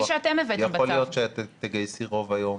יכול להיות שאת תגייסי רוב היום